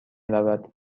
رود